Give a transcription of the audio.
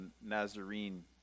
Nazarene